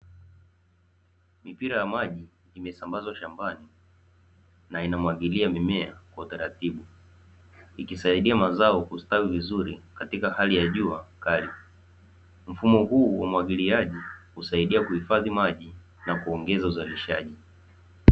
Mipira ya maji imesambazwa shambani na inamwagalia mimea kwa taratibu, ikisaidia mazao kustawi vizuri katika hali ya jua kali. Mfumo huu wa umwagiliaji husaidia kuhifadhi maji na kuongeza uzalishaji.